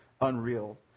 unreal